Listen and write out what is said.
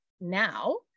now